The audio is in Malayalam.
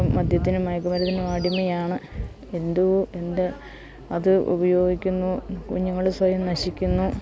മദ്യത്തിനും മയക്ക് മരുന്നിനും അടിമയാണ് എന്തോ എന്ത് അത് ഉപയോഗിക്കുന്നു കുഞ്ഞുങ്ങള് സ്വയം നശിക്കുന്നു